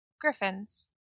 griffins